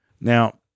Now